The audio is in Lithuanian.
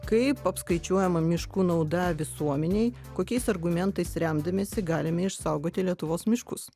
kaip apskaičiuojama miškų nauda visuomenei kokiais argumentais remdamiesi galime išsaugoti lietuvos miškus